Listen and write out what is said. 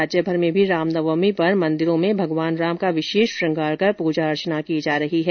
राज्यभर में भी रामनवमी पर मंदिरों में भगवान राम का विशेष श्रंगार कर पूजा अर्चना की जा रही है